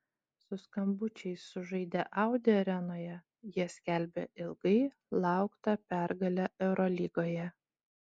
su skambučiais sužaidę audi arenoje jie skelbė ilgai lauktą pergalę eurolygoje